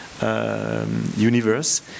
universe